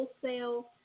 wholesale